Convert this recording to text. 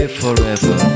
forever